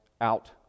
out